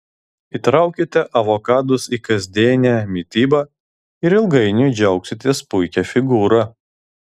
įtraukite avokadus į kasdienę mitybą ir ilgainiui džiaugsitės puikia figūra